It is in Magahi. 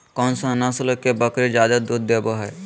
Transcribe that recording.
कौन सा नस्ल के बकरी जादे दूध देबो हइ?